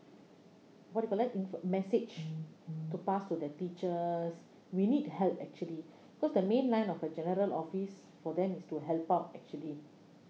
want to collect in~ message to pass to the teachers we need help actually cause the main line of a general office for them is to help out actually